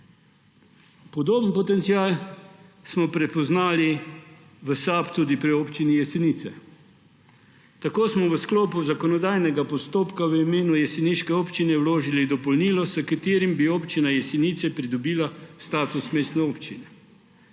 Podoben potencial smo prepoznali v SAB tudi pri občini Jesenice. Tako smo v sklopu zakonodajnega postopka v imenu jeseniške občine vložili dopolnilo, s katerim bi občina Jesenice pridobila status mestne občine.